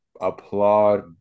applaud